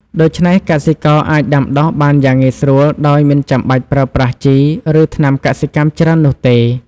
ដូច្នេះកសិករអាចដាំដុះបានយ៉ាងងាយស្រួលដោយមិនចាំបាច់ប្រើប្រាស់ជី ឬថ្នាំកសិកម្មច្រើននោះទេ។